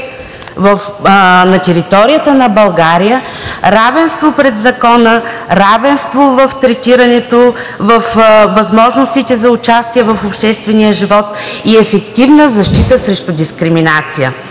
на територията на България равенство пред Закона, равенство в третирането, във възможностите за участие в обществения живот и ефективна защита срещу дискриминация.